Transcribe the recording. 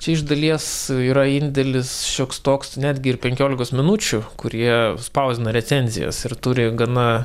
čia iš dalies yra indėlis šioks toks netgi ir penkiolikos minučių kurie spausdina recenzijas ir turi gana